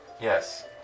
Yes